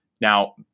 Now